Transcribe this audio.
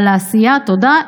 על העשייה, תודה.